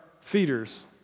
feeders